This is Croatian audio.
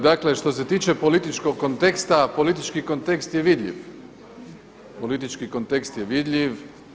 Dakle, što se tiče političkog konteksta, politički kontekst je vidljiv, politički kontekst je vidljiv.